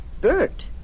Bert